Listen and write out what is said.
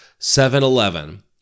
7-Eleven